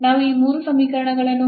ನಾವು ಈ ಮೂರು ಸಮೀಕರಣಗಳನ್ನು ಹೊಂದಿದ್ದೇವೆ